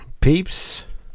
peeps